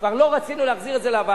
כבר לא רצינו להחזיר את זה לוועדה,